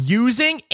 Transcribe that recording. using